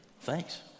thanks